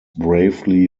bravely